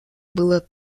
было